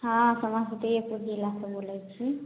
हँ समस्तीपुर जिलासँ बोलै छी